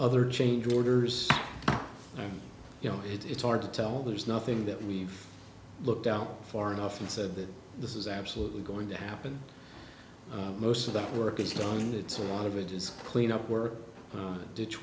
other change orders and you know it's hard to tell there's nothing that we've looked out for enough and said that this is absolutely going to happen most of that work is done it's a lot of it is cleanup work ditch